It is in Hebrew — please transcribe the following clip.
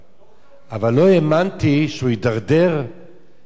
אבל לא האמנתי שהוא יידרדר וגם יצא,